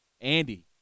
Andy